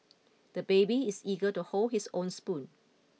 the baby is eager to hold his own spoon